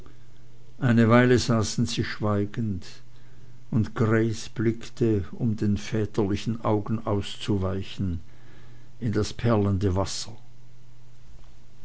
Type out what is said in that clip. eine weile saßen sie schweigend und grace blickte um den väterlichen augen auszuweichen in das perlende wasser